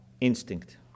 instinct